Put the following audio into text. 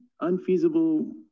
unfeasible